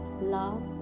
love